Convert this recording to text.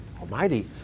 Almighty